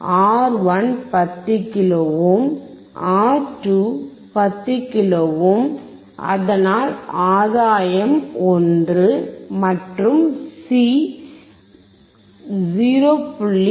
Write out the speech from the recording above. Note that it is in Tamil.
R 1 10 kilo ohm R 2 10 kilo ohm அதனால் ஆதாயம் 1 மற்றும் சி 0